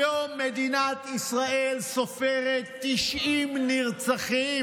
היום מדינת ישראל סופרת 90 נרצחים